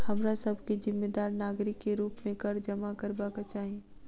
हमरा सभ के जिम्मेदार नागरिक के रूप में कर जमा करबाक चाही